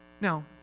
Now